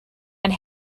and